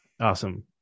Awesome